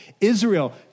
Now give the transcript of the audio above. Israel